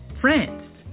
France